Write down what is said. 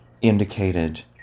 indicated